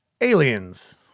aliens